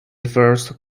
first